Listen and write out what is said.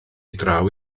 draw